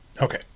Okay